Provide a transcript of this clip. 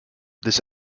this